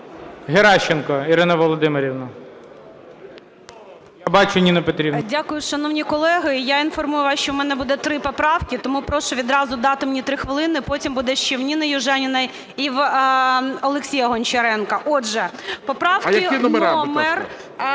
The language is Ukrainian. Геращенко Ірина Володимирівна. Я бачу, Ніна Петрівна. 14:29:28 ГЕРАЩЕНКО І.В. Дякую. Шановні колеги, я інформую вас, що в мене буде три поправки, тому прошу відразу дати мені три хвилини. Потім буде ще в Ніни Южаніної і в Олексія Гончаренка. Отже, поправки номер...